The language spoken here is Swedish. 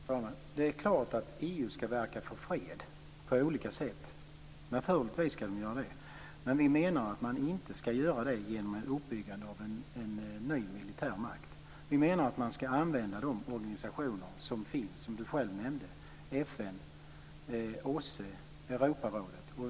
Fru talman! Det är klart att EU skall verka för fred på olika sätt. Naturligtvis skall man göra det. Men vi menar att man inte skall göra det genom uppbyggande av en ny militärmakt. Vi menar att man skall använda de organisationer som finns och som Sten Tolgfors själv nämnde: FN, OSSE och Europarådet.